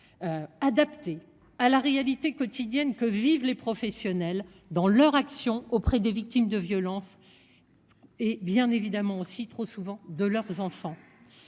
Adapté à la réalité quotidienne que vivent les professionnels dans leur action auprès des victimes de violences. Et bien évidemment aussi trop souvent de leurs enfants.